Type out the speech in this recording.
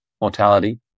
mortality